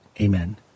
Amen